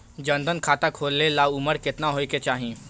जन धन खाता खोले ला उमर केतना होए के चाही?